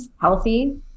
healthy